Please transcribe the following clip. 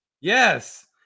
Yes